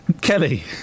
Kelly